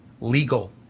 legal